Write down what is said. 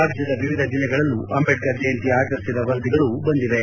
ರಾಜ್ಯದ ವಿವಿಧ ಜಿಲ್ಲೆಗಳಲ್ಲೂ ಅಂಬೇಡ್ಕರ್ ಜಯಂತಿ ಆಚರಿಸಿದ ವರದಿಗಳು ಬಂದಿವೆ